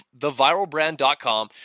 TheViralBrand.com